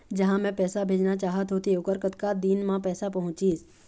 जहां मैं पैसा भेजना चाहत होथे ओहर कतका दिन मा पैसा पहुंचिस?